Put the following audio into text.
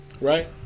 right